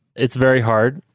it's very hard.